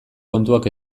kontuak